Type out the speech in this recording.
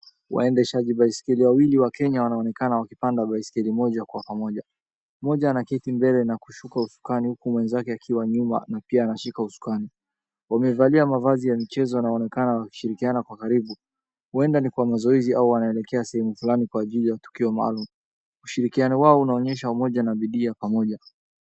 Waendeshaji baiskeli wawili wa Kenya wanaonekana wakipanda baiskeli moja kwa pamoja. Moja anaketi mbele na kushuka ufukani huku mwenzake akiwa nyuma na pia anashika usukani. Wamevalia mavazi ya michezo na wanaonekana wakishirikiana kwa karibu. Huenda ni kwa mazoezi au wanaelekea sehemu fulani kwa ajili ya tukio maalum. Ushirikiano wao unaonyesha umoja na bidii ya pamoja.